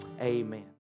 Amen